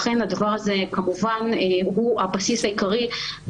לכן הקפדנו שלא יבטלו את אפשרות הבדיקה